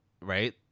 right